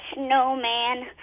snowman